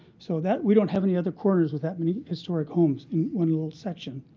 so that we don't have any other corners with that many historic homes in one little section.